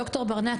ד"ר ברנע,